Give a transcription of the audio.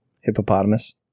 Hippopotamus